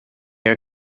air